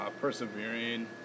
persevering